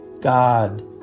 God